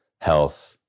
health